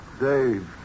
Dave